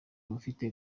abafite